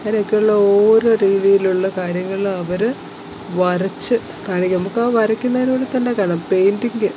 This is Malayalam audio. അങ്ങനെയൊക്കെയുള്ള ഓരൊ രീതിയിലുള്ള കാര്യങ്ങളിലവര് വരച്ച് കാണിക്കും നമുക്കാ വരക്കുന്നതിലൂടെത്തന്നെ കാണാം പെയിൻറ്റിങ്